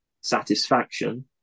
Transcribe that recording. satisfaction